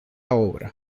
obra